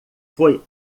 foi